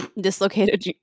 dislocated